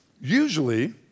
Usually